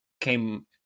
came